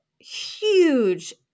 huge